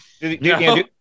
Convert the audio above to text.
No